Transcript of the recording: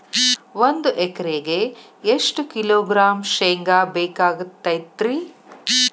ಒಂದು ಎಕರೆಗೆ ಎಷ್ಟು ಕಿಲೋಗ್ರಾಂ ಶೇಂಗಾ ಬೇಕಾಗತೈತ್ರಿ?